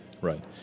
Right